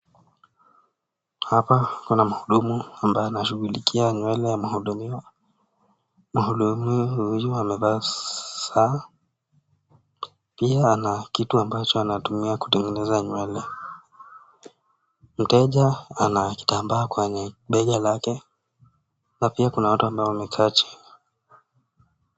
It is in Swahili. Hapa kuna mhudumu ambaye anashughulikia nywele ya mhudumiwa . Mhudumu huyu amevaa saa pia ana kitu ambacho anatumia kutengeneza nywele . Mteja ana kitambaa kwenye bega lake na pia kuna watu ambao wamekaa chini.